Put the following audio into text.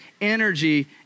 energy